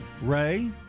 Ray